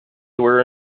were